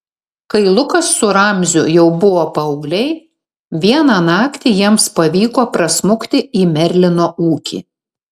kai lukas su ramziu jau buvo paaugliai vieną naktį jiems pavyko prasmukti į merlino ūkį